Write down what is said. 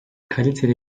kaliteli